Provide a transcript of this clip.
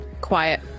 quiet